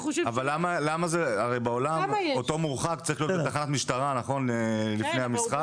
הרי בעולם אותו מורחק צריך להיות בתחנת משטרה לפני המשחק.